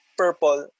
purple